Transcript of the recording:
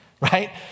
Right